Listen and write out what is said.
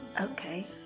Okay